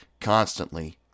constantly